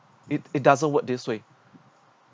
it it doesn't work this way